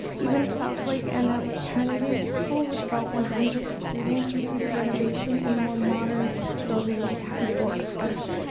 even southlake, an ah alternative school with about one hundred students received renovation and more modern building before us.